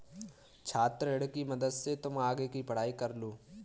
छात्र ऋण की मदद से तुम आगे की पढ़ाई कर लो